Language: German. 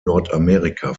nordamerika